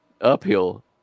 uphill